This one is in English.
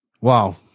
Wow